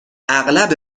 اغلب